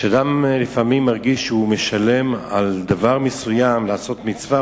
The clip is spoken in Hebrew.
כשאדם מרגיש לפעמים שהוא משלם על דבר מסוים לעשות מצווה,